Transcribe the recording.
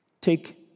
take